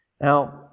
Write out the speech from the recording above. Now